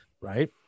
right